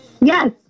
Yes